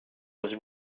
was